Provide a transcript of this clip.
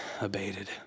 abated